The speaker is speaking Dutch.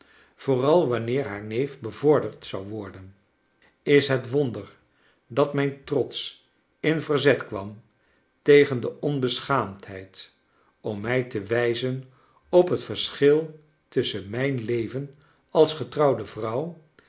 vooral wanneer haar neef bevorderd zou wor den is het wonder dat mijn trots in verzet kwam tegen de onbeschaamdheid om mij te wijzen op het verschil tusschen mijn leven als getrouwde vrouw